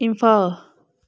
Imphal